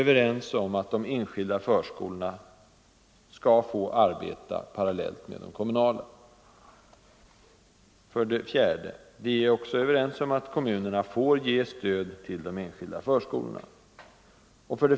De enskilda förskolorna skall få arbeta parallellt med de kommunala. 4. Kommunerna får ge stöd till de enskilda förskolorna.